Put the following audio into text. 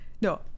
No